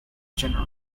general